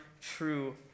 true